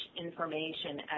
information